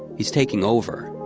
he's taking over.